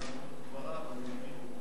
אני אודה לו מאוד על כך.